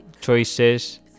choices